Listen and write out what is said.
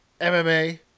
MMA